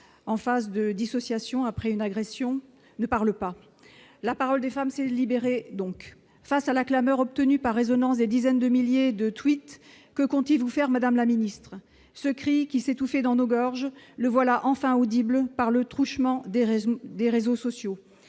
en face de dissociation après une agression, ne parlent pas la parole des femmes c'est libéré donc face à la clameur obtenues par résonance des dizaines de milliers de truites, que comptez-vous faire, Madame la Ministre, ce cri qui s'étouffer dans nos gorges, le voilà enfin audible par le truchement des réseaux des